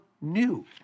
new